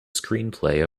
screenplay